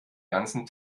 ganzen